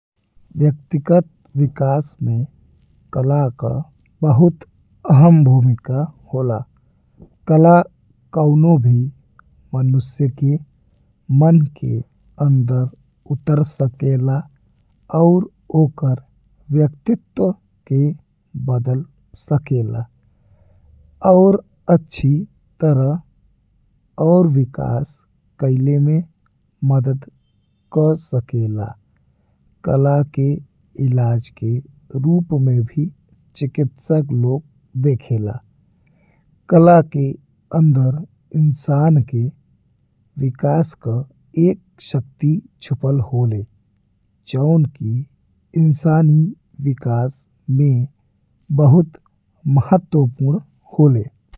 व्यक्तिगत विकास में कला का बहुत अहम भूमिका होला। कला कउनो भी मनुष्य के मन के अंदर उतर सकेला और ओकर व्यक्तित्व के बदल सकेला। और अच्छी तरह और विकास कईले में मदद का सकेला कला के इलाज के रूप में भी चिकिस्तक लोग देखेला। कला के अंदर इंसान के विकास का एक शक्ति छुपल होले जौन कि इंसानी विकास में बहुत महत्वपुर्ण होले।